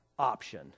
option